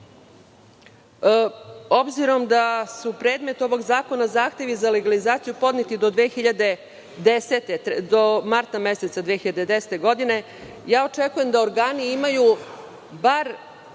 da su predmet ovog zakona zahtevi za legalizaciju podneti do marta meseca 2010 godine, očekujem da organi imaju bar